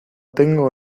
tengo